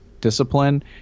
discipline